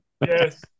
Yes